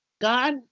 God